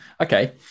Okay